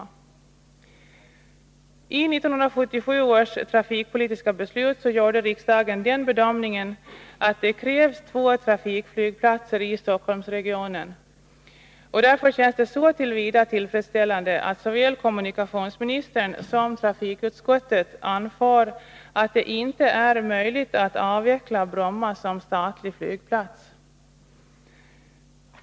I samband med 1977 års trafikpolitiska beslut gjorde riksdagen bedömningen att det krävs två trafikflygplatser i Stockholmsregionen, och därför känns det så till vida tillfredsställande att såväl kommunikationsministern som trafikutskottet anför att det inte är möjligt att avveckla Bromma som statlig flygplats.